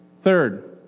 Third